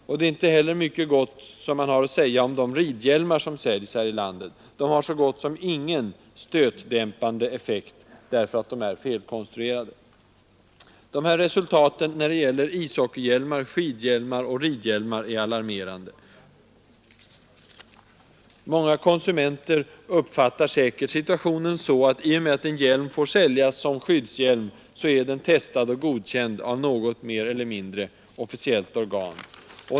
Man har inte heller mycket gott att säga om de ridhjälmar som säljs här i landet. De har så gott som ingen stötdämpande effekt därför att de är felkonstruerade. De här resultaten när det gäller ishockeyhjälmar, skidhjälmar och ridhjälmar är alarmerande. Många konsumenter uppfattar säkert situationen så, att i och med att en hjälm får säljas som skyddshjälm, är den testad och godkänd av något mer eller mindre officiellt organ.